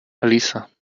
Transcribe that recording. elisa